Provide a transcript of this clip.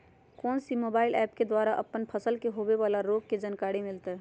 कौन सी mobile app के द्वारा अपन फसल के होबे बाला रोग के जानकारी मिलताय?